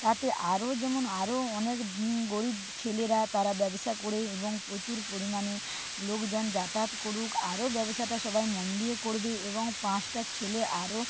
তাতে আরও যেমন আরও অনেক গরীব ছেলেরা তারা ব্যবসা করে এবং প্রচুর পরিমাণে লোকজন যাতায়াত করুক আরও ব্যবসাটা সবাই মন দিয়ে করবে এবং পাঁচটা ছেলে আরও